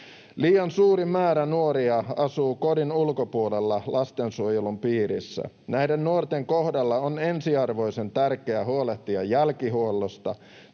Liian suuri määrä nuoria asuu kodin ulkopuolella lastensuojelun piirissä. Näiden nuorten kohdalla on ensiarvoisen tärkeää huolehtia jälkihuollosta